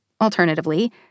alternatively